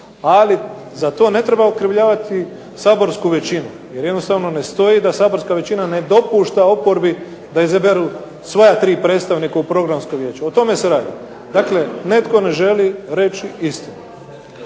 Ali za to ne treba okrivljavati saborsku većinu, jer jednostavno ne stoji da saborska većina ne dopušta oporbi da izaberu svoja tri predstavnika u programskom vijeću. O tome se radi. Dakle, netko ne želi reći istinu.